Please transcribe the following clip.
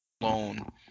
alone